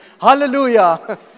Hallelujah